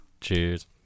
Cheers